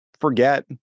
forget